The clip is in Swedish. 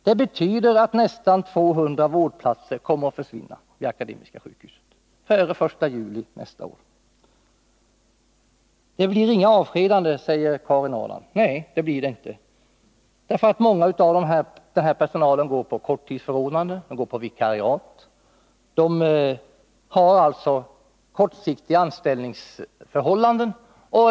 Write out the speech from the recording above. Det betyder att nästan 200 vårdplatser kommer att försvinna vid sjukhuset före den 1 juli nästa år. Det blir inga avskedanden, säger Karin Ahrland. Nej, det blir det inte. Många av dessa anställda går på korttidsförordnanden eller vikariat. De har alltså kortsiktiga anställningsförhållanden.